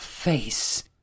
face